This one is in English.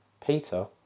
Peter